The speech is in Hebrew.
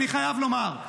אני חייב לומר,